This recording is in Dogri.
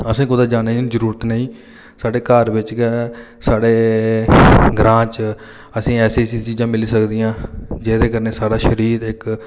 असें कुतै जाने दी बी जरूरत नेईं साढ़े घर बिच गै साढ़े ग्रां च असें ई ऐसी ऐसी चीजां मिली सकदियां जेह्दे कन्नै साढ़ा शरीर इक